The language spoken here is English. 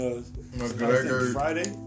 Friday